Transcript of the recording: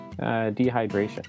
dehydration